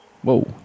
Whoa